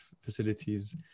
facilities